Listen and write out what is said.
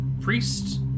priest